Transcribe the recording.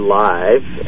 live